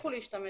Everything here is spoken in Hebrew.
שימשיכו להשתמש.